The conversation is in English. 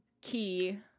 key